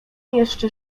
jeszcze